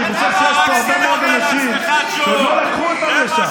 ואני גם חושב שיש פה הרבה מאוד אנשים שעוד לא לקחו אותם לשם,